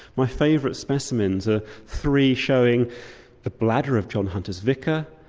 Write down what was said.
my favourite specimens are three showing the bladder of john hunter's vicar,